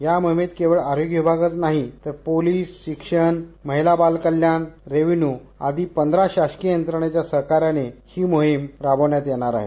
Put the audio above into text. या मोहिमेत केवळ आरोग्य विभागच नाही तर पोलिस शिक्षण महिला बालकल्याण रेव्हेन्यू आदी पंधरा शासकीय यंत्रणेच्या सहकर्यानं ही मोहिम राबविण्यात येणार आहे